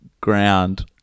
ground